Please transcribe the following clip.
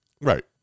Right